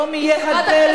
ציפי